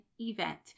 Event